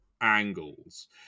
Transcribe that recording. angles